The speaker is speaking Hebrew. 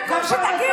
אתם.